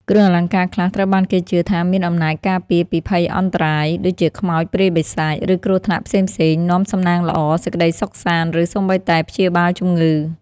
គ្រឿងអលង្ការខ្លះត្រូវបានគេជឿថាមាន អំណាចការពារពីភយន្តរាយ (ដូចជាខ្មោចព្រាយបិសាច ឬគ្រោះថ្នាក់ផ្សេងៗ) នាំ សំណាងល្អ សេចក្តីសុខសាន្ត ឬសូម្បីតែ ព្យាបាលជំងឺ។